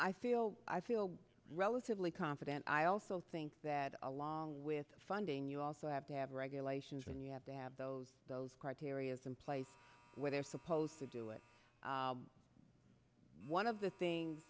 i feel i feel relatively confident i also think that along with funding you also have to have regulations and you have to have those criteria someplace where they're supposed to do it one of the thing